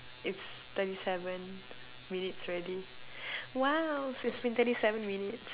it's thirty seven minutes already !wow! so it's been thirty seven minutes